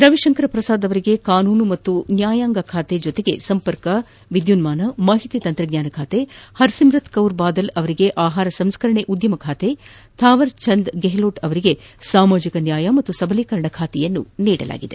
ರವಿಶಂಕರ ಪ್ರಸಾದ್ ಅವರಿಗೆ ಕಾನೂನು ಮತ್ತು ನ್ಯಾಯಾಂಗ ಖಾತೆ ಜೊತೆಗೆ ಸಂಪರ್ಕ ವಿದ್ಯುನ್ಮಾನ ಮಾಹಿತಿ ತಂತ್ರಜ್ಞಾನ ಖಾತೆ ಹರ್ ಸಿಮ್ರತ್ ಕೌರ್ ಬಾದಲ್ ಅವರಿಗೆ ಆಹಾರ ಸಂಸ್ಕರಣಾ ಉದ್ಯಮ ಖಾತೆ ತಾವರ್ ಚಂದ್ ಗೆಹ್ಲೋಟ್ ಅವರಿಗೆ ಸಾಮಾಜಿಕ ನ್ಯಾಯ ಮತ್ತು ಸಬಲೀಕರಣ ಖಾತೆ ನೀಡಲಾಗಿದೆ